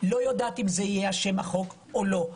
ואני לא יודעת אם זה יהיה החוק או לא,